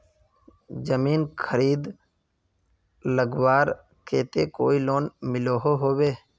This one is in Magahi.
जमीन खरीद लगवार केते कोई लोन मिलोहो होबे?